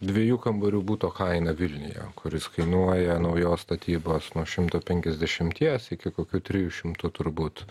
dviejų kambarių buto kainą vilniuje kuris kainuoja naujos statybos nuo šimto penkiasdešimties iki kokių trijų šimtų turbūt